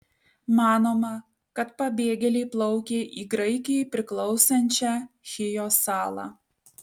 manoma kad pabėgėliai plaukė į graikijai priklausančią chijo salą